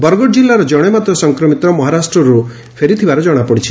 ବରଗଡ଼ ଜିଲ୍ଲାର ଜଣେ ମାତ୍ର ସଂକ୍ରମିତ ମହାରାଷ୍ଟରୁ ଫେରିଥିବା ଜଣାପଡ଼ିଛି